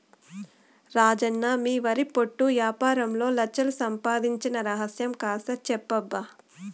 రాజన్న మీ వరి పొట్టు యాపారంలో లచ్ఛలు సంపాయించిన రహస్యం కాస్త చెప్పబ్బా